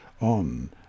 on